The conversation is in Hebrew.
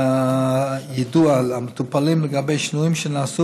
יידוע המטופלים לגבי שינויים שנעשו